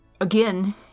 again